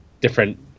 different